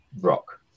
rock